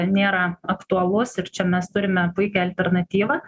nėra aktualus ir čia mes turime puikią alternatyvą